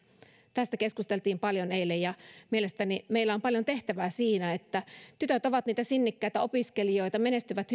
tästä keskusteltiin paljon eilen ja mielestäni meillä on paljon tehtävää siinä tytöt ovat niitä sinnikkäitä opiskelijoita menestyvät